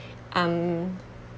um